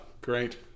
great